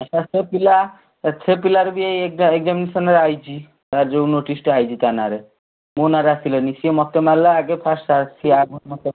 sir ସେ ପିଲା ସେ ପିଲାରେ ବି ଏହି ଏକ୍ଜାମିନେସନ୍ରେ ଆସିଛି ତା'ର ଯେଉଁ ନୋଟିସ୍ଟା ଆସିଛି ତା ନାଁରେ ମୋ ନାଁରେ ଆସିଲାନି ସେ ମୋତେ ମାରିଲା ଆଗ ଫାଷ୍ଟ୍ ସିଏ